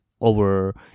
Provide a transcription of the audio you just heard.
over